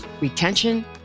retention